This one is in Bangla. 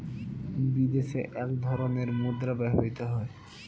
বিদেশে এক ধরনের মুদ্রা ব্যবহৃত হয়